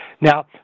Now